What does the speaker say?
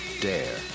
dare